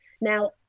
Now